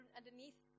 underneath